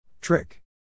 trick